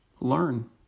learn